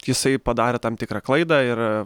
jisai padarė tam tikrą klaidą ir ee